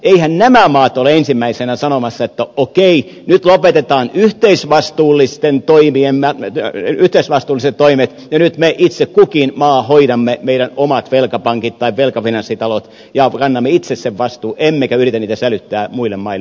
eiväthän nämä maat ole ensimmäisinä sanomassa että okei nyt lopetetaan yhteisvastuulliset toimet ja nyt me itse kukin maa hoidamme meidän omat velkapankit tai velkafinanssitalot ja kannamme itse sen vastuun emmekä yritä niitä sälyttää muille maille